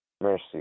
Mercy